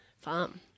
farm